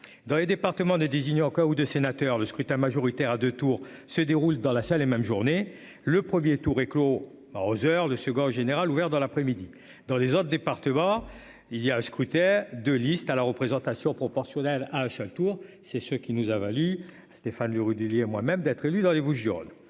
Dans les départements de désigner cas ou de sénateurs le scrutin majoritaire à 2 tours se déroule dans la salle et même journée. Le premier tour clos arroseur le second général ouvert dans l'après-midi dans les autres départements, il y a un scrutin de listes à la représentation proportionnelle à un seul tour. C'est ce qui nous a valu Stéphane Le Rudulier moi-même d'être élu dans les Vosges, Yonne